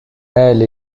elle